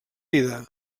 vida